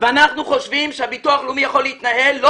אנחנו חושבים שהביטוח הלאומי יכול להתנהל לא